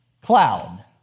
cloud